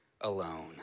alone